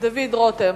דוד רותם,